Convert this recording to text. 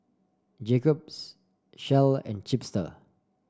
Jacob's Shell and Chipster